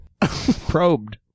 probed